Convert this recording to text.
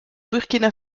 burkina